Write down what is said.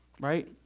right